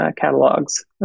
catalogs